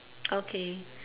okay